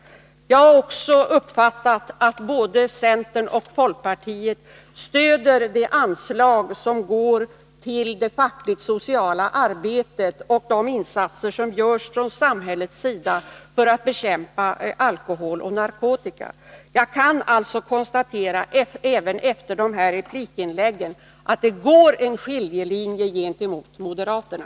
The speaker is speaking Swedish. Jag har också uppfattat att både centern och folkpartiet stöder de anslag som går till fackföreningsrörelsens sociala arbete och de insatser som görs från samhällets sida för att bekämpa alkohol och narkotika. Jag kan alltså, även efter dessa repliker, konstatera att det går en skiljelinje gentemot moderaterna.